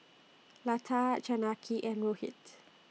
Lata Janaki and Rohit